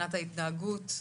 מבחינת ההתנהגות,